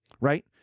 right